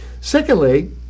Secondly